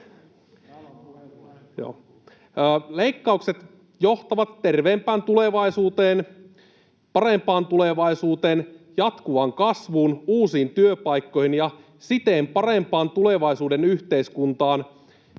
Leikkaukset johtavat terveempään tulevaisuuteen, parempaan tulevaisuuteen, jatkuvaan kasvuun, uusiin työpaikkoihin ja siten parempaan tulevaisuuden yhteiskuntaan,